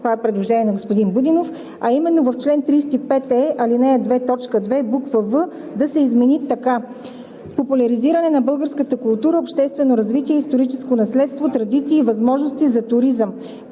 Това е предложение на господин Будинов, а именно в чл. 35е, ал. 2, т. 2, буква „в“ да се измени така: „в) популяризиране на българската култура, обществено развитие, историческо наследство, традиции, и възможности за туризъм“.“